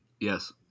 Yes